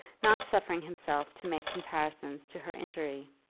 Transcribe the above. not suffering himself to make comparisons to her injury.